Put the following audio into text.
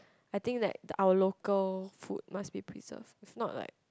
I think that our local food must be preserved if not like